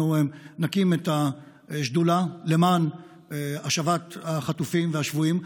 נקים את השדולה למען השבת החטופים והשבויים.